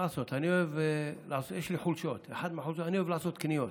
מה לעשות, יש לי חולשות, אני אוהב לעשות קניות.